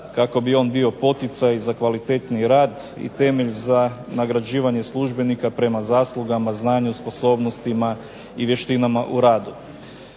kako bi on bio poticaj za kvalitetniji rad i temelj za nagrađivanje službenika prema zaslugama, znanju, sposobnostima i vještinama u radu.